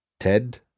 Ted